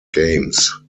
games